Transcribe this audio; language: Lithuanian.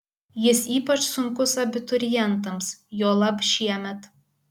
jis ypač sunkus abiturientams juolab šiemet